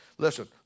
Listen